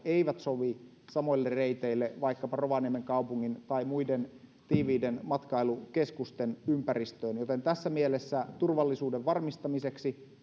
eivät sovi samoille reiteille vaikkapa rovaniemen kaupungin tai muiden tiiviiden matkailukeskusten ympäristöön joten tässä mielessä turvallisuuden varmistamiseksi